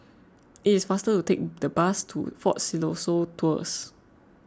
it is faster to take the bus to fort Siloso Tours